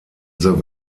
the